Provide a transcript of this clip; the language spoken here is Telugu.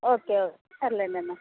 ఓకే ఓకే సర్లేండి అన్న